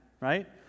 right